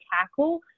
tackle